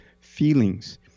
feelings